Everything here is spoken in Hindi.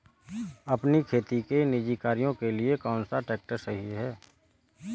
अपने खेती के निजी कार्यों के लिए कौन सा ट्रैक्टर सही है?